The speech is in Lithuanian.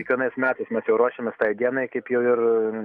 kiekvienais metaismes jau ruošiame kaip jau ir